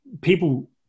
people